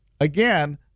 again